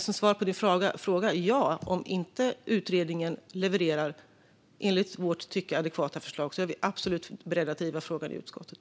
Som svar på din fråga, Helena Bouveng: Om utredningen inte levererar enligt vårt tycke adekvata förslag är vi absolut beredda att driva frågan i utskottet.